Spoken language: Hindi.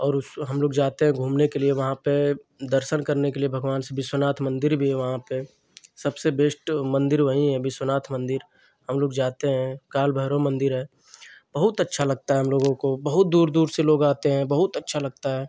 और उस हम लोग जाते हैं घूमने के लिए वहाँ पे दर्शन करने के लिए भगवान से विश्वनाथ मंदिर भी है वहाँ पर सबसे बेश्ट मंदिर वहीं है विश्वनाथ मंदिर हम लोग जाते हैं काल भैरों मंदिर है बहुत अच्छा लगता है हम लोगों को बहुत दूर दूर से लोग आते हैं बहुत अच्छा लगता है